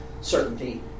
certainty